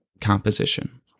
composition